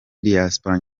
diaspora